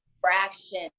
fraction